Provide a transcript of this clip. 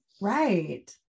Right